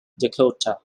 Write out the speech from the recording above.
dakota